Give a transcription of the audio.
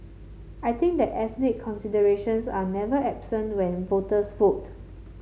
I think that ethnic considerations are never absent when voters vote